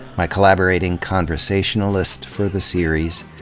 my collaborating conversationalist for the series.